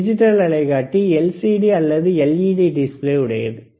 digital அலைகாட்டி LCD அல்லது LED display உடையது